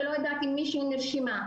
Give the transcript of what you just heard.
אני לא יודעת אם מישהי נרשמה.